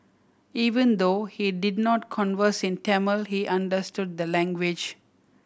even though he did not converse in Tamil he understood the language